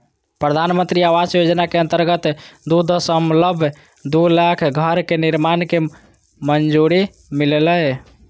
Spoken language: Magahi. प्रधानमंत्री आवास योजना के अंतर्गत दू दशमलब दू लाख घर के निर्माण के मंजूरी मिललय